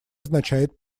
означает